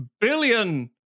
billion